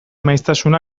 maiztasuna